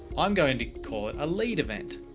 i'm going to call it a lead event.